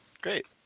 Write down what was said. Great